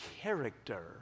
character